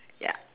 ya